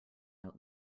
out